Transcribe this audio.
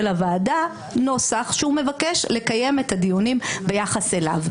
הוועדה נוסח שהוא מבקש לקיים את הדיונים ביחס אליו.